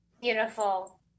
Beautiful